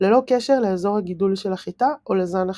ללא קשר לאזור הגידול של החיטה או לזן החיטה.